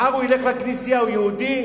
מחר הוא ילך לכנסייה, הוא יהודי?